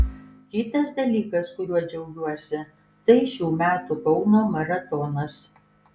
kitas dalykas kuriuo džiaugiuosi tai šių metų kauno maratonas